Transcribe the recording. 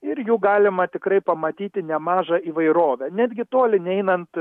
ir jų galima tikrai pamatyti nemažą įvairovę netgi toli neinant